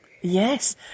Yes